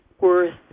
worth